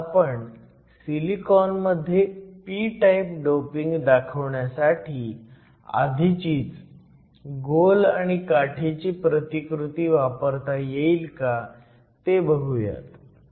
आता आपण सिलिकॉनमध्ये p टाईप डोपिंग दाखवण्यासाठी आधीचीच गोल आणि काठीची प्रतिकृती वापरता येईल का ते बघुयात